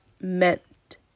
meant